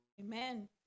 amen